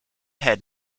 head